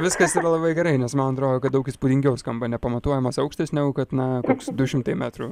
viskas yra labai gerai nes man atrodo kad daug įspūdingiau skamba nepamatuojamas aukštis negu kad na koks du šimtai metrų